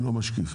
לא משקיף.